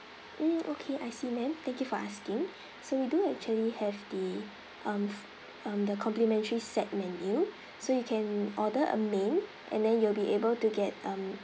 mm okay I see ma'am thank you for asking so we do actually have the um um the complimentary set menu so you can order a main and then you'll be able to get um